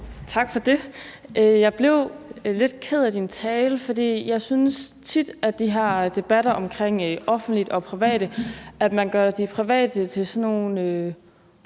Tak for det. Jeg blev lidt ked af at høre din tale, for jeg synes tit, at man i de her debatter om det offentlige og det private gør de private til nogle